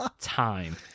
time